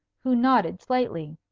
who nodded slightly.